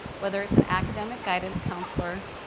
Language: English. whether it's an academic guidance counselor,